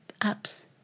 apps